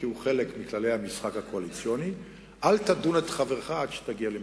כי הוא חלק מכללי המשחק הקואליציוני: אל תדון את חברך עד שתגיע למקומו.